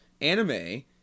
anime